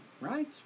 right